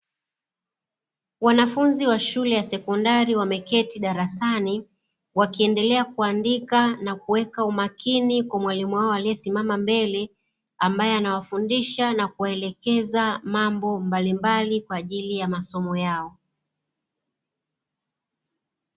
Wanafunzi wa shule ya sekondari wameketi darasani wakiendelea kuandika na kuweka umakini kwa mwalimu wao aliyesimama mbele ambaye anawafundisha na kuwaelekeza mambo mbalimbali kwa ajili ya masomo yao.